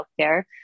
healthcare